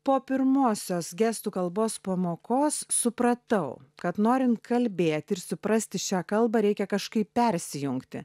po pirmosios gestų kalbos pamokos supratau kad norint kalbėti ir suprasti šią kalbą reikia kažkaip persijungti